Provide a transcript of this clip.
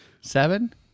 Seven